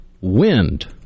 WIND